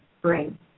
bring